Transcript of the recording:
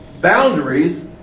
boundaries